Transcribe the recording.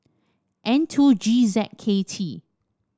N two G Z K T